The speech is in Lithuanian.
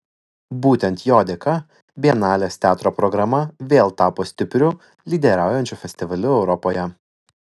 būtent jo dėka bienalės teatro programa vėl tapo stipriu lyderiaujančiu festivaliu europoje